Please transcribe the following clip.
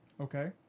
Okay